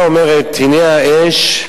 אדוני היושב-ראש,